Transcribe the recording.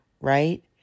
right